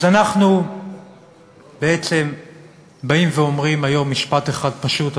אז אנחנו בעצם באים ואומרים היום משפט אחד פשוט,